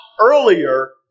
earlier